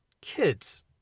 kids